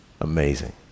Amazing